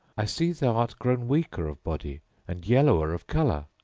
i see thou art grown weaker of body and yellower of colour.